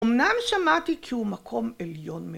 אמנם שמעתי כי הוא מקום עליון מ...